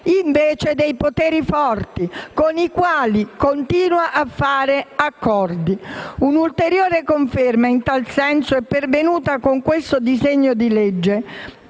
invece dei poteri forti, con i quali continua a fare accordi. Un'ulteriore conferma in tal senso è pervenuta con il disegno di legge